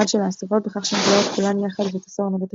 של האסירות בכך שהן כלואות כולן יחד בבית הסוהר נווה תרצה.